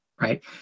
right